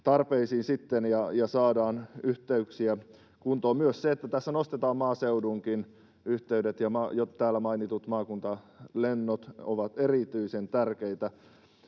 tarpeisiin ja saadaan yhteyksiä kuntoon. Myös se, että tässä nostetaan maaseudunkin yhteydet ja jo täällä mainitut maakuntalennot, on erityisen tärkeää.